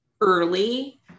early